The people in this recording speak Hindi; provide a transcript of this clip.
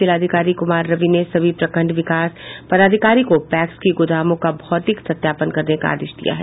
जिलाधिकारी कुमार रवि ने सभी प्रखंड विकास पदाधिकारी को पैक्स की गोदामों का भौतिक सत्यापन करने का आदेश दिया है